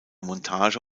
montage